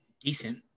decent